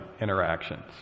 interactions